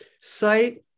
site